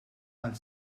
għal